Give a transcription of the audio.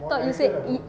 I thought you said